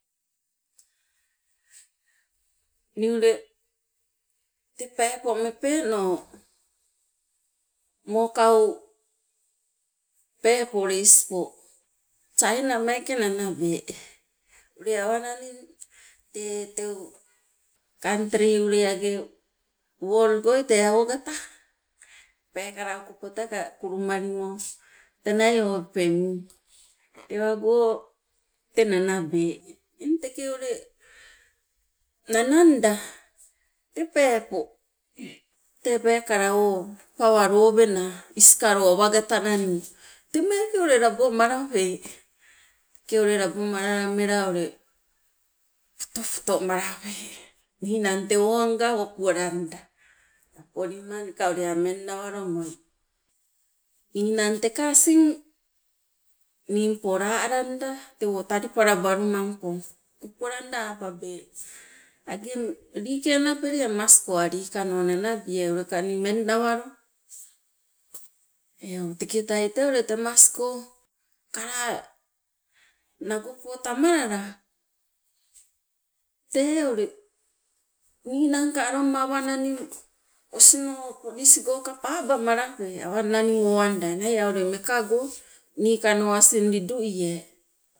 Nii ule te peepo mepeno mokau peepo ule ispo china meeke nanabe, ule awa naning tee teu kantry ule age world goi tee ogata, peekala okopo teka kulumalimo tenai owepe mii, tewago te nanabe. Eng teke ule nananda te peepo tee peekala o pawa lowena iskalo awagata naning te meeke ule labomalape, teke ule labomalala mela ule poto poto malape ninang tewonga woku walanda. Polima nika ule a' ummeng nawalo moi, ninang teka asing ningpo laa alanda tewo talipalabalumampo wokualanda apabe ange like anapeli amasko a' likano nanabiai uleka nii ummeng nawalo eu. Teketai tee ule temasko kalaa nagopo tamalala, tee ule ninangka aloma awananing osino ponis goka paba malape awananing owanda enai a' ule mekago nikano asing liduie.